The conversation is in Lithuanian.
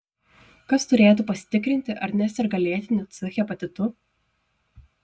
kas turėtų pasitikrinti ar neserga lėtiniu c hepatitu